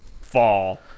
fall